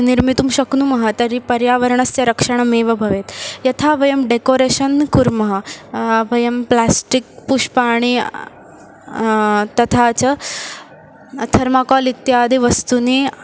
निर्मातुं शक्नुमः तर्हि पर्यावरणस्य रक्षणमेव भवेत् यथा वयं डेकोरेशन् कुर्मः वयं प्लास्टिक् पुष्पाणि तथा च थर्माकोल् इत्यादीनि वस्तूनि